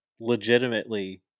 legitimately